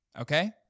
Okay